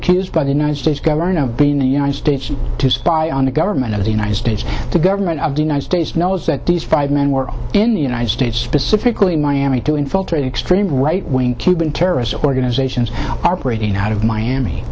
accused by the united states government of the united states to spy on the government of the united states the government of the united states knows that these five men were in the united states specifically miami to infiltrate extreme right wing cuban terrorist organizations operating out of miami